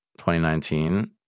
2019